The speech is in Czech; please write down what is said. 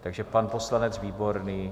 Takže pan poslanec Výborný.